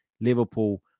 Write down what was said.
Liverpool